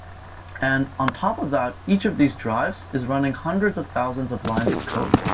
and on top of that, each of these drives is running hundreds of thousands of lines of code.